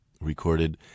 recorded